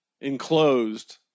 enclosed